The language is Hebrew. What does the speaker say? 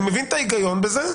אני מבין את ההיגיון בזה,